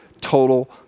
total